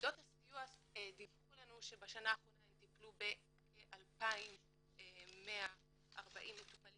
יחידות הסיוע דיווחו לנו שהם טיפלו בכ-2,140 מטופלים